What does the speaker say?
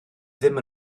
ddim